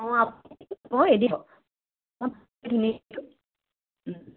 অঁ